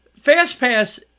FastPass